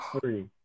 three